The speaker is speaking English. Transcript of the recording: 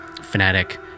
fanatic